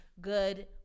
good-